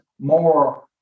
more